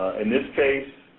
in this case,